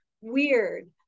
weird